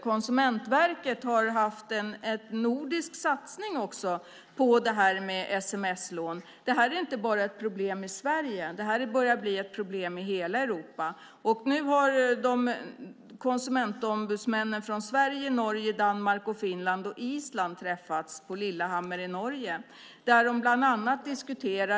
Konsumentverket har haft en nordisk satsning på sms-lån. Det här är inte ett problem bara i Sverige, utan det här börjar bli ett problem i hela Europa. Nu har konsumentombudsmännen från Sverige, Norge, Danmark, Finland och Island träffats i Lillehammer i Norge. De har diskuterat bland annat denna fråga.